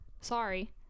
Sorry